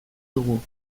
dugu